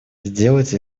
сделать